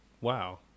wow